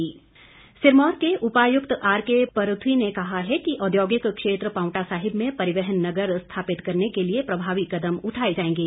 DC Sirmaur Sirmaur के उपायुक्त R K Paruthi ने कहा है कि औद्योगिक क्षेत्र पावंटा साहिब में परिवहन नगर स्थापित करने के लिए प्रभावी कदम उठाए जाएंगे